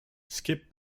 skip